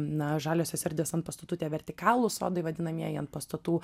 na žaliosios erdvės ant pastatų tie vertikalūs sodai vadinamieji ant pastatų